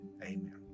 Amen